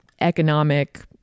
economic